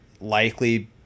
likely